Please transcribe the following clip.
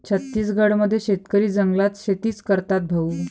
छत्तीसगड मध्ये शेतकरी जंगलात शेतीच करतात भाऊ